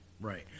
right